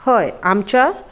हय आमच्या